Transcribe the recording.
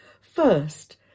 First